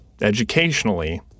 educationally